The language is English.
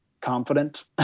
confident